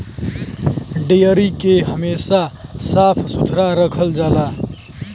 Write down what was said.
dairy के हमेशा साफ सुथरा रखल जाला